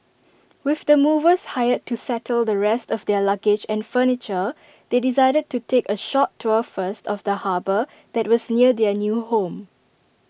with the movers hired to settle the rest of their luggage and furniture they decided to take A short tour first of the harbour that was near their new home